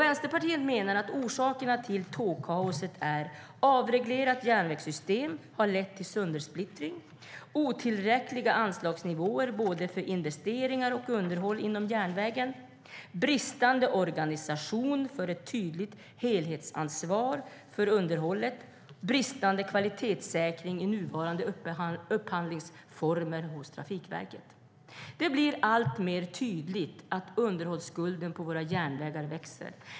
Vänsterpartiet menar att orsakerna till tågkaoset är att ett avreglerat järnvägssystem har lett till söndersplittring otillräckliga anslagsnivåer för både investeringar och underhåll inom järnvägen bristande organisation för ett tydligt helhetsansvar för underhållet bristande kvalitetssäkring i nuvarande upphandlingsformer hos Trafikverket. Det blir alltmer tydligt att underhållskulden för våra järnvägar växer.